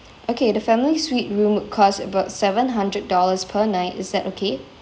okay the family suite room cost about seven hundred dollars per night is that okay